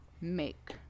make